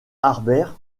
harbert